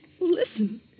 Listen